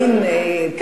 חבר הכנסת חסון,